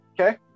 Okay